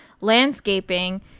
landscaping